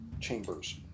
chambers